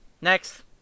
Next